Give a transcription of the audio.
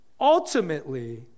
ultimately